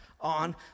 on